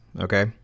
Okay